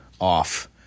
off